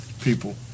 people